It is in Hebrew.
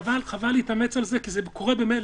חבל להתאמץ על זה כי זה קורה ממילא.